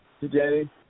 today